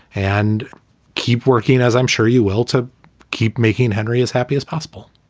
and keep working, as i'm sure you will, to keep making henry as happy as possible